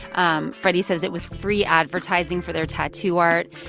um freddy says it was free advertising for their tattoo art.